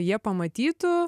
jie pamatytų